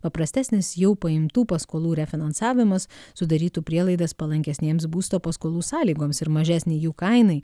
paprastesnis jau paimtų paskolų refinansavimas sudarytų prielaidas palankesnėms būsto paskolų sąlygoms ir mažesnė jų kainai